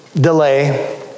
Delay